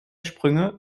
sprünge